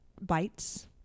bites